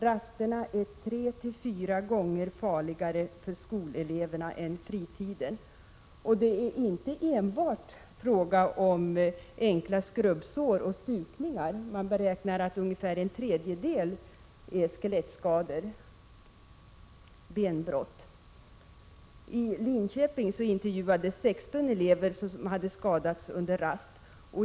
Rasterna är tre till fyra gånger farligare för skoleleverna än fritiden. Och det är inte fråga enbart om enkla skrubbsår och stukningar — man beräknar att ungefär en tredjedel är skelettskador, dvs. benbrott. I Linköping intervjuades 16 elever som hade skadats under rast.